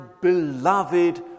beloved